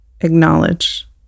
acknowledge